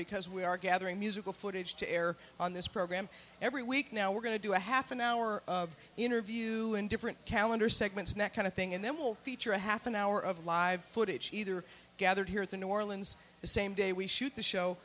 because we are gathering musical footage to air on this program every week now we're going to do a half an hour of interview in different calendar segments neck kind of thing and then will feature a half an hour of live footage either gathered here at the new orleans the same day we shoot the show